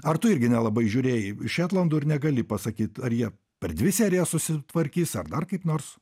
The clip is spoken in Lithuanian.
ar tu irgi nelabai žiūrėjai šetlandų ir negali pasakyt ar jie per dvi serijas susitvarkys ar dar kaip nors